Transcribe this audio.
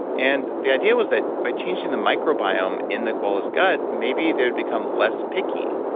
and the idea was that by changing the microbiome in the koala's gut, maybe they'd become less picky,